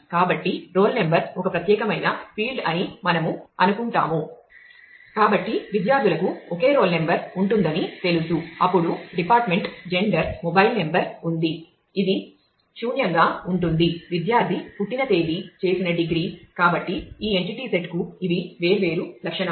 కాబట్టి విద్యార్థులకు ఒకే రోల్ నంబర్ ఉంటుందని తెలుసు అప్పుడు డిపార్ట్మెంట్కు ఇవి వేర్వేరు లక్షణాలు